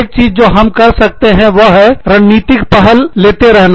एक चीज जो हम कर सकते हैं वह रणनीतिक पहल लेते रहना